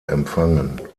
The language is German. empfangen